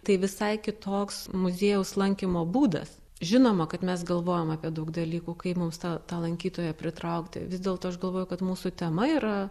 tai visai kitoks muziejaus lankymo būdas žinoma kad mes galvojam apie daug dalykų kai mums tą tą lankytoją pritraukti vis dėlto aš galvoju kad mūsų tema yra